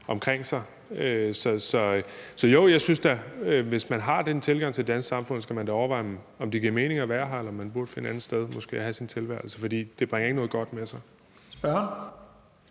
omkring sig. Så jo, jeg synes da, at hvis man har den tilgang til det danske samfund, skal man da overveje, om det giver mening at være her, eller om man måske burde finde et andet sted at have sin tilværelse. For det bringer ikke noget godt med sig. Kl.